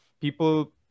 people